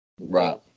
Right